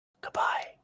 Goodbye